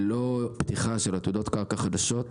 ללא פתיחה של עתודות קרקע חדשות,